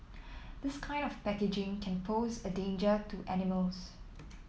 this kind of packaging can pose a danger to animals